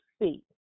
see